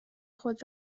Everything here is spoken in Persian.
خود